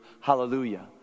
hallelujah